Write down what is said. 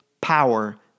power